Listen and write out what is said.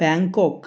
Bangkok